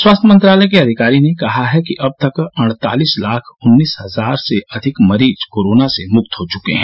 स्वास्थ्य मंत्रालय के अधिकारी ने कहा है कि अब तक अड़तालिस लाख उन्नीस हजार से अधिक मरीज कोरोना से मुक्त हो चुके हैं